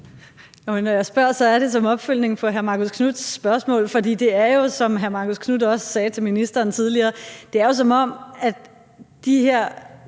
Når jeg spørger, er det som opfølgning på hr. Marcus Knuths spørgsmål. For det er jo, som hr.